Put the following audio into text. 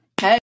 hey